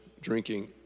drinking